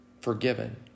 forgiven